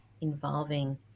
involving